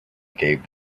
gave